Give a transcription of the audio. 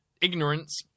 ignorance